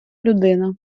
людина